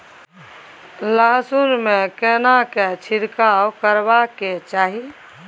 लहसुन में केना छिरकाव करबा के चाही?